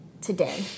today